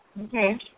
Okay